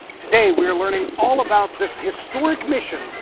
today we are learning all about this historic mission,